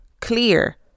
clear